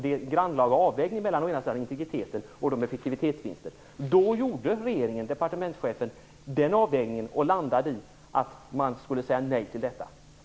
Det är en grannlaga avvägning mellan å ena sidan integriteten och å andra sidan effektivitetsvinster. Då gjorde regeringen, dvs. departementschefen, den avvägningen och landade i att man skulle säga nej till detta.